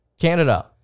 Canada